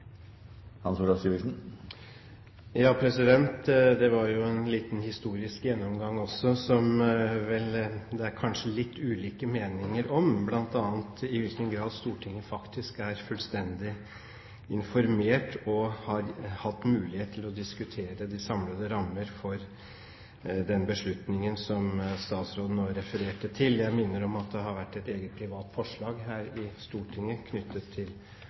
Det var jo en liten historisk gjennomgang, som det kanskje er litt ulike meninger om, bl.a. om i hvilken grad Stortinget faktisk er fullstendig informert og har hatt mulighet til å diskutere de samlede rammer for den beslutningen som statsråden nå refererte til. Jeg minner om at det har vært fremmet et privat forslag her i Stortinget knyttet til